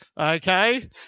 okay